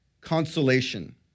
Consolation